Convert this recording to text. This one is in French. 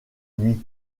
nuit